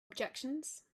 objections